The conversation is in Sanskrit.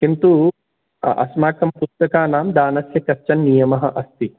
किन्तु अस्माकं पुस्तकानां दानस्य कश्चन नियमः अस्ति